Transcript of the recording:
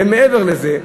ומעבר לזה,